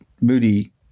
Moody